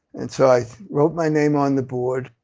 and so i wrote my name on the board,